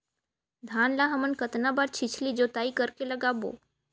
धान ला हमन कतना बार छिछली जोताई कर के लगाबो?